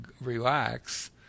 relax